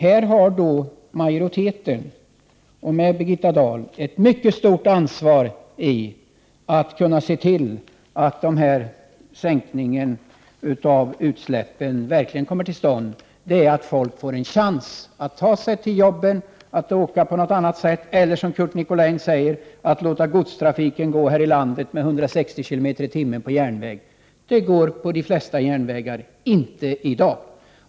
Här har majoriteten och Birgitta Dahl ett mycket stort ansvar för att se till att sänkningen av utsläppen verkligen kommer till stånd, och det kan ske genom att folk får en chans att ta sig till jobbet på något annat sätt eller genom att, som Curt Nicolin säger, låta godstrafiken här i landet gå på järnväg i 160 km/tim — det går inte i dag på de flesta järnvägar.